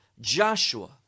Joshua